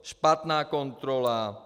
Špatná kontrola.